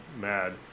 mad